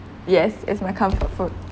yes it's my comfort food